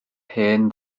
hen